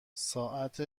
ساعت